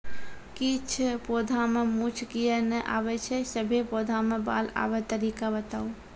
किछ पौधा मे मूँछ किये नै आबै छै, सभे पौधा मे बाल आबे तरीका बताऊ?